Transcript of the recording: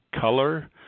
color